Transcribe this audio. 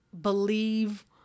believe